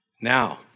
Now